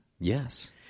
Yes